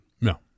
no